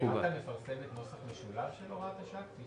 רת"א מפרסמת נוסח משולב של הוראת השעה כפי